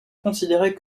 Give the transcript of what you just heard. considérait